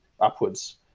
upwards